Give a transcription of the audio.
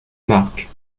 marque